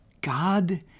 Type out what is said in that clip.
God